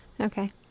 Okay